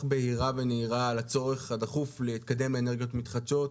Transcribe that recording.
בהירה ונהירה על הצורך הדחוף להתקדם עם אנרגיות מתחדשות,